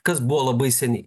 kas buvo labai seniai